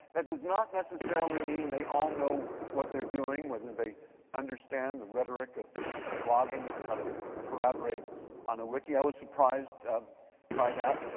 that does not necessarily mean they all know what they're doing, whether they understand the rhetoric of of blogging or how to collaborate on a wiki. i was surprised by that.